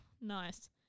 nice